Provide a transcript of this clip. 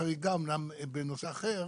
חריגה, אמנם בנושא אחר,